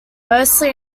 mostly